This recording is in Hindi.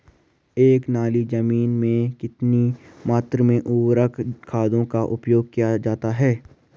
एक नाली जमीन में कितनी मात्रा में उर्वरक खादों का प्रयोग किया जाता है?